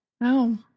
No